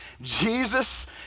Jesus